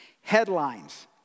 Headlines